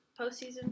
postseason